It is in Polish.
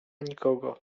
nikogo